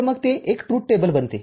तर मग ते एक ट्रुथ टेबल बनते